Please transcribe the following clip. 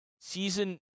season